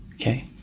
Okay